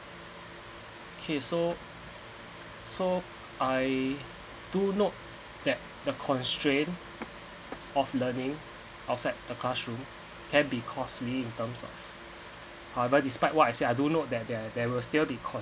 K so so I do note that the constraint of learning outside the classroom can be costly in terms of however despite what I said I do note that there there will still be